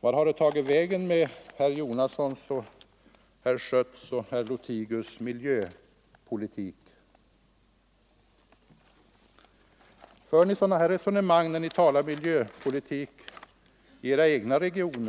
Vart har det tagit vägen med miljöpolitiken för herrarna Jonasson, 26 november 1974 Schött och Lothigius? För ni liknande resonemang när ni talar om mil jöpolitik i era egna regioner?